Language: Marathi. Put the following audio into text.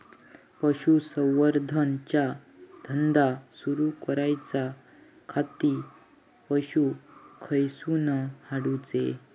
पशुसंवर्धन चा धंदा सुरू करूच्या खाती पशू खईसून हाडूचे?